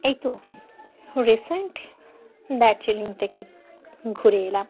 এই তো রিসেন্ট দার্জিলিং থেকে ঘুরে এলাম